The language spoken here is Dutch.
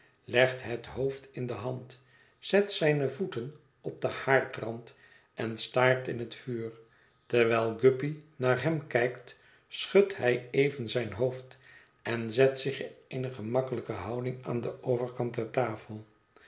legt het hoofd in de hand zet zijne voeten op den haardrand en staart in het vuur terwijl guppy naar hem kijkt schudt hij even zijn hoofd en zet zich in eene gemakkelijke houding aan den overkant der tafel